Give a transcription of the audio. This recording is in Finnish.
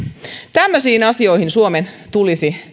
tämmöisiin asioihin suomen tulisi